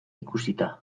ikusita